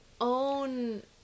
own